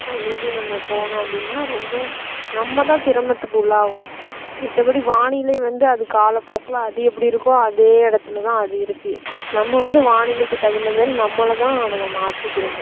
அது மீறி நம்ம போனோம் அப்படின்னா ரொம்ப நம்ம தான் சிரமத்துக்கு உள்ளாவோம் மத்தபடி வானிலை வந்து அது காலப்போக்கில் அது எப்படி இருக்கோ அதே இடத்துல தான் அது இருக்குது நம்ம வந்து வானிலைக்கு தகுந்த மாதிரி நம்மளை தான் நம்ம மாத்திக்கிடணும்